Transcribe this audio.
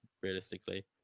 realistically